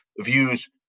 views